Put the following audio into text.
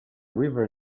river